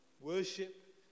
Worship